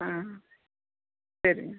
ஆ சரி